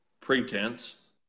pretense